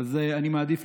אני אבקש